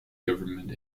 government